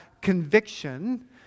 conviction